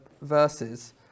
verses